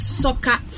soccer